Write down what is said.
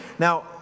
Now